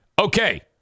okay